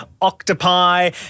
octopi